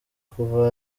kuva